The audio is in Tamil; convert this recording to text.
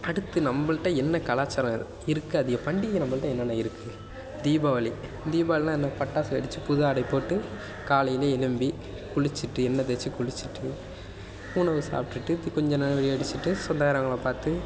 அடுத்து நம்பள்கிட்ட என்ன கலாச்சாரம் இரு இருக்கு அது பண்டிகை நம்பள்கிட்ட என்னென்ன இருக்கு தீபாவளி தீபாவளின்னா என்ன பட்டாசு வெடிச்சு புது ஆடை போட்டு காலைல எழும்பி குளிச்சிவிட்டு எண்ணெய் தேய்ச்சி குளிச்சிவிட்டு உணவு சாப்பிடுட்டு கொஞ்சம் நேரம் வெடி வெடிச்சிவிட்டு சொந்தக்காரங்களை பார்த்து